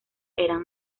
eran